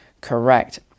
correct